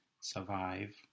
survive